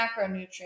macronutrients